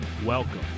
Welcome